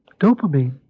dopamine